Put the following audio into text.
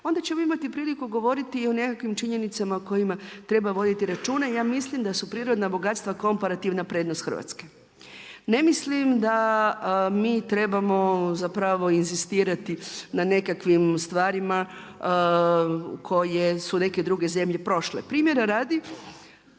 onda ćemo imati priliku govoriti i o nekakvim činjenicama o kojima treba voditi računa. Ja mislim da su prirodna bogatstva komparativna prednost Hrvatske. Ne mislim da mi trebamo zapravo inzistirati na nekakvim stvarima koje su neke druge zemlje prošle. Primjera radi,